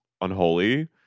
unholy